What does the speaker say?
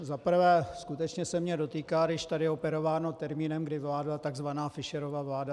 Za prvé, skutečně se mě dotýká, když tady je operováno termínem, kdy vládla tzv. Fischerova vláda.